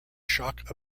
shock